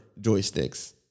joysticks